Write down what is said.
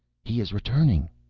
he is returning,